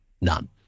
none